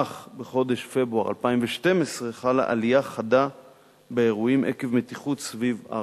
אך בחודש פברואר 2012 חלה עלייה חדה באירועים עקב מתיחות סביב הר-הבית.